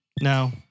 No